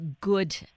good